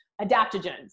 adaptogens